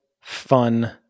fun